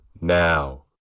now